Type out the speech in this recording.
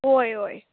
वोय वोय